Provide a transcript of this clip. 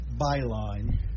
byline